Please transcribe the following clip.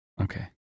Okay